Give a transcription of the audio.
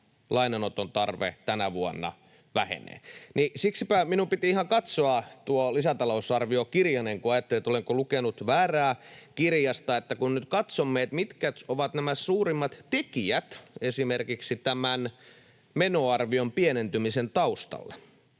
lainanoton tarve tänä vuonna vähenee. Siksipä minun piti ihan katsoa tuo lisätalousarviokirjanen, kun ajattelin, että olenko lukenut väärää kirjasta. Kun nyt katsomme, mitkä ovat nämä suurimmat tekijät esimerkiksi tämän menoarvion pienentymisen taustalla,